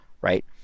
right